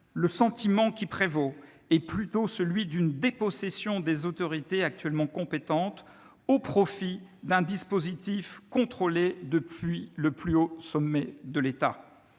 Le sentiment qui prévaut est plutôt celui d'une dépossession des autorités actuellement compétentes au profit d'un dispositif contrôlé depuis le plus haut sommet de l'État.